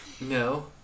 no